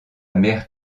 mère